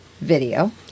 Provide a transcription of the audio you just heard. video